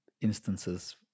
instances